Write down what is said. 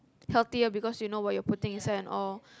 healthier because you know what you're putting inside and all